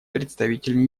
представитель